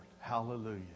Hallelujah